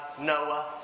Noah